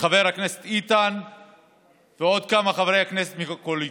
חבר הכנסת איתן ועוד חברי כנסת מהקואליציה,